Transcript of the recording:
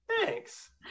thanks